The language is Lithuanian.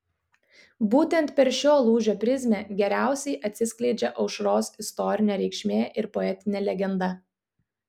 būtent per šio lūžio prizmę geriausiai atsiskleidžia aušros istorinė reikšmė ir poetinė legenda